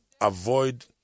avoid